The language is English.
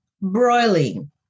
broiling